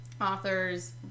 authors